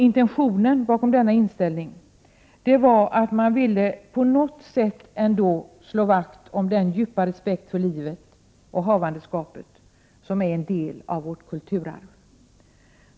Intentionen bakom denna inställning var att man på något sätt ändå ville slå vakt om den djupa respekt för livet och havandeskapet som är en del av vårt kulturarv.